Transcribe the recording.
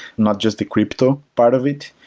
not just the crypto part of it.